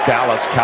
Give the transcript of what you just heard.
Dallas